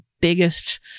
biggest